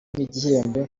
nk’igihembo